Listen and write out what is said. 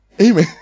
Amen